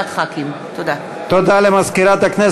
הצעת חוק הסדרת שוק הקנאביס,